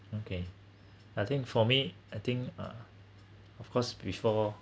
okay as in for me I think uh of course before